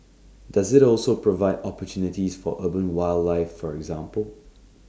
does IT also provide opportunities for urban wildlife for example